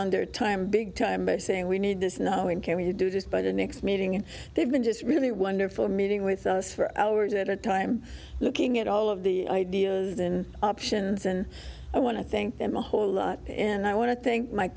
on their time big time by saying we need this when can we do this by the next meeting and they've been just really wonderful meeting with us for hours at a time looking at all of the ideas and options and i want to thank them a whole lot and i want to thank my